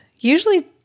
Usually